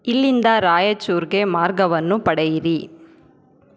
ಇಲ್ಲಿಂದ ರಾಯಚೂರಿಗೆ ಮಾರ್ಗವನ್ನು ಪಡೆಯಿರಿ